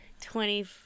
Twenty